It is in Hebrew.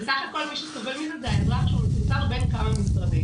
בסך הכל מי שסובל מזה זה האזרח שהוא מטורטר בין כמה משרדים.